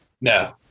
No